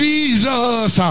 Jesus